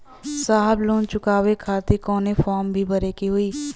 साहब लोन चुकावे खातिर कवनो फार्म भी भरे के होइ?